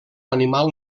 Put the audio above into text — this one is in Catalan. animal